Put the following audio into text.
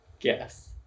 Yes